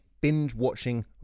binge-watching